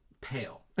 pale